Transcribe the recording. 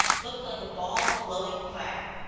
looked like a ball of glowing fire.